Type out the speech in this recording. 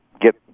get